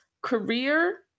career